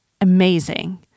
Amazing